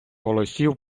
голосів